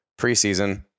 preseason